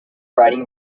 writing